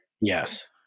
Yes